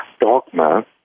dogma